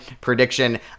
prediction